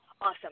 awesome